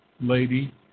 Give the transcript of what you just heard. lady